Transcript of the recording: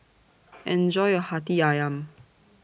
Enjoy your Hati Ayam